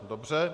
Dobře.